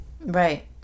Right